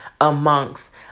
amongst